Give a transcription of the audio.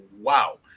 wow